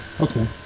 Okay